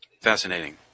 Fascinating